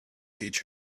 teach